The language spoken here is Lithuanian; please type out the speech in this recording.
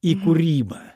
į kūrybą